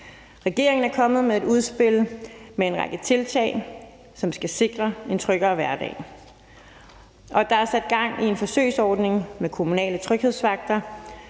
Regeringen er kommet med et udspil med en række tiltag, som skal sikre en tryggere hverdag. Og der er sat gang i en forsøgsordning med kommunale tryghedsvagter.